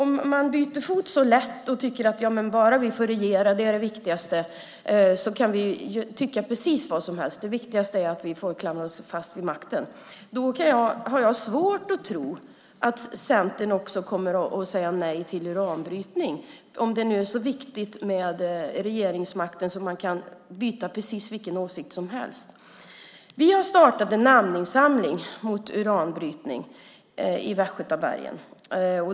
Jag har svårt att tro att Centern kommer att säga nej till uranbrytning, eftersom man byter fot så lätt och tycker precis vad som helst bara man får klamra sig fast vid makten och regera. Vi har startat en namninsamling mot uranbrytning i Västgötabergen.